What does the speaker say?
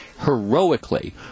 heroically